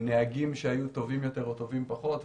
נהגים שהיו טובים יותר או טובים פחות,